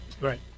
Right